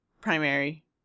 primary